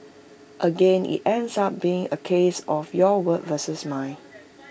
again IT ends up being A case of your word versus mine